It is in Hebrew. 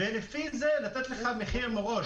ולפי זה לתת לך מחיר בראש.